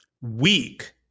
weak